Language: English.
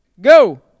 go